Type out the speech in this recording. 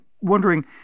wondering